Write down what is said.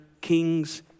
kings